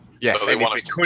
Yes